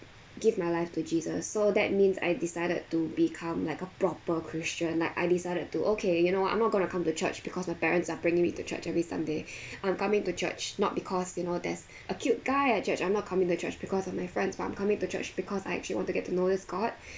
give my life to jesus so that means I decided to become like a proper christian like I decided to okay you know what I'm not gonna come to church because my parents are bringing me to church every sunday I'm coming to church not because you know there's a cute guy at church I'm not coming to church because of my friends but I'm coming to church because I actually want to get to know this god